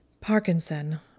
Parkinson